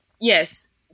Yes